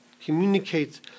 communicate